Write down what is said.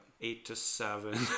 eight-to-seven